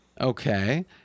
Okay